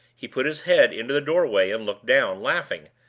he put his head into the doorway and looked down, laughing,